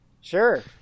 sure